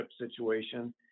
situation